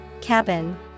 Cabin